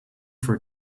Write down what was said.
for